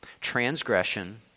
transgression